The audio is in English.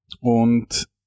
und